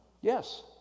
yes